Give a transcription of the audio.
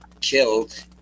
killed